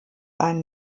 einen